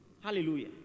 Hallelujah